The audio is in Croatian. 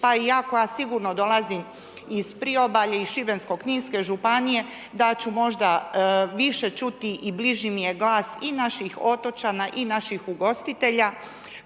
pa i ja koja sigurno dolazim iz Priobalja, iz Šibensko-kninske županije da ću možda više čuti i bliži mi je glas i naših otočana i naših ugostitelja.